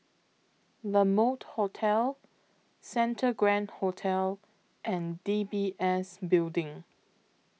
La Mode Hotel Santa Grand Hotel and D B S Building